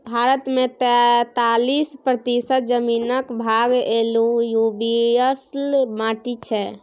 भारत मे तैतालीस प्रतिशत जमीनक भाग एलुयुबियल माटि छै